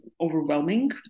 overwhelming